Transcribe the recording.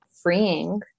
freeing